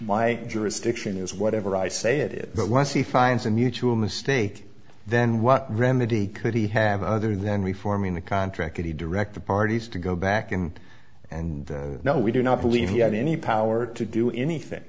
my jurisdiction is whatever i say it is but once he finds a mutual mistake then what remedy could he have other than reforming the contract that he direct the parties to go back in and now we do not believe he had any power to do anything